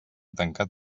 tancat